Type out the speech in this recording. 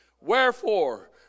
Wherefore